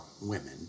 women